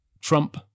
Trump